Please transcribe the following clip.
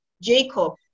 Jacob